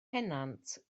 pennant